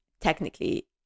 technically